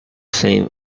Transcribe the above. same